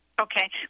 Okay